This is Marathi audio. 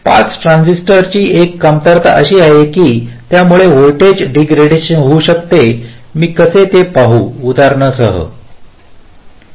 पास ट्रान्झिस्टरची एक कमतरता अशी आहे की यामुळे काही व्होल्टेज डीग्रेडेशन होऊ शकते मी कसे ते पाहू उदाहरण घेऊ